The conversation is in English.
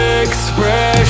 expression